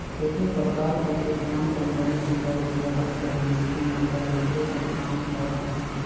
केतनो परकार कर चिटफंड कंपनी हर घलो सहज कर मइनसे मन ल लूटे कर काम करत अहे